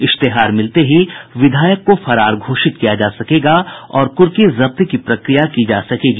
इश्तेहार मिलते ही विधायक को फरार घोषित किया जा सकेगा और कुर्की जब्ती की प्रक्रिया की जा सकेगी